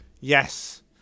Yes